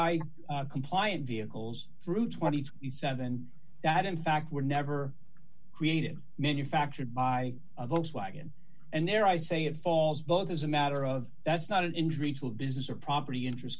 i compliant vehicles through twenty seven that in fact were never created manufactured by volkswagen and there i'd say it falls both as a matter of that's not an injury to a business or property interest